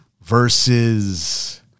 versus